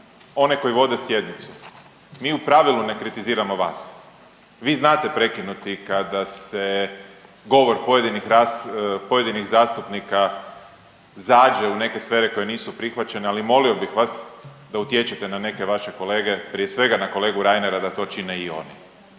one koji vode sjednicu mi u pravilu ne kritiziramo vas. Vi znate prekinuti kada se govor pojedinih zastupnika zađe u neke sfere koje nisu prihvaćene, ali molio bih vas da utječete na neke vaše kolege, prije svega na kolegu Reinera da to čine i oni.